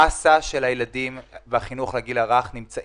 המאסה של הילדים בחינוך לגיל הרך נמצא